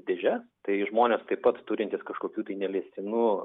dėžes tai žmonės taip pat turintys kažkokių tai neleistinų